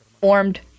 formed